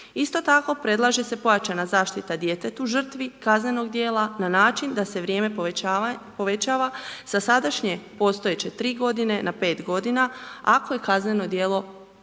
Isto tako predlaže se pojačana zaštita djetetu žrtvi, kaznenog djela na način da se vrijeme povećava sa sadašnje postojeće 3 godine na 5 godina ako je kazneno djelo počinjeno